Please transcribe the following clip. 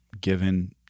given